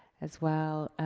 as well.